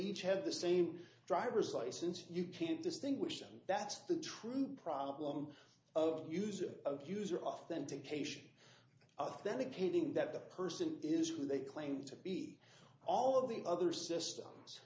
each have the same driver's license you can't distinguish and that's the true problem of use a user authentication authenticating that the person is who they claim to be all of the other systems